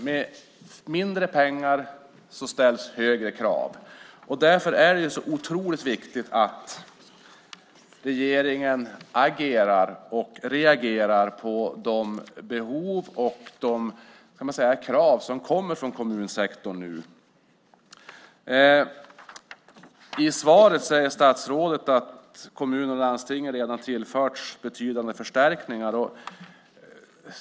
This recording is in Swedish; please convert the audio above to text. Med mindre pengar ställs högre krav, och därför är det så otroligt viktigt att regeringen agerar och reagerar på de behov och de krav som nu kommer från kommunsektorn. I svaret säger statsrådet att kommuner och landsting redan har tillförts betydande förstärkningar.